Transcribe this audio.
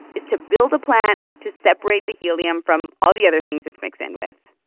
is to build a plant to separate the helium from all the other things it's mixed in with.